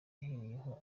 yahereyeho